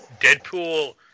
Deadpool